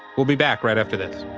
we'll be back right after this.